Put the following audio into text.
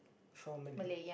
formerly